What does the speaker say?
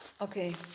Okay